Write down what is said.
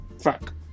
fuck